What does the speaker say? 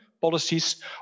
policies